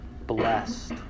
blessed